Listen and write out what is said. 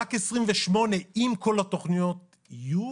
אם כל התוכניות יהיו